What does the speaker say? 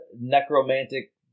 Necromantic